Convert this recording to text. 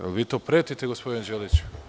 Da li vi to pretite, gospodine Đeliću?